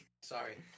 Sorry